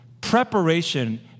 Preparation